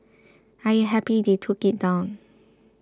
I am happy they took it down